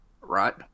Right